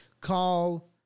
call